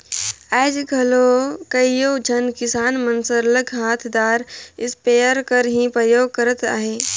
आएज घलो कइयो झन किसान मन सरलग हांथदार इस्पेयर कर ही परयोग करत अहें